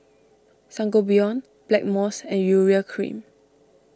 Sangobion Blackmores and Urea Cream